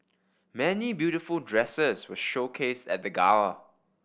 many beautiful dresses were showcased at the gala